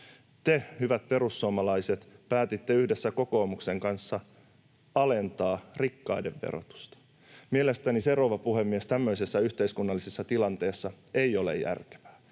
Te, hyvät perussuomalaiset, päätitte yhdessä kokoomuksen kanssa alentaa rikkaiden verotusta. Mielestäni se, rouva puhemies, tämmöisessä yhteiskunnallisessa tilanteessa ei ole järkevää.